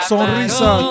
Sonrisa